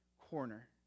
corner